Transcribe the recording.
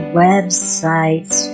websites